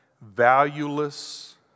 valueless